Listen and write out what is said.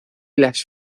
las